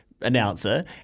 announcer